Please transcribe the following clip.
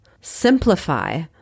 simplify